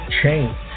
change